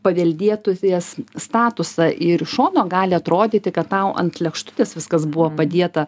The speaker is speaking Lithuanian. paveldėtojas statusą ir iš šono gali atrodyti kad tau ant lėkštutės viskas buvo padėta